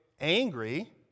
angry